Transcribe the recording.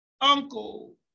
uncle